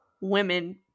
women